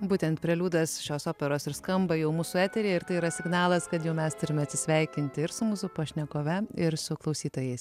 būtent preliūdas šios operos ir skamba jau mūsų eteryje ir tai yra signalas kad jau mes turime atsisveikinti ir su mūsų pašnekove ir su klausytojais